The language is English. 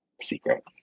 secret